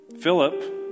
Philip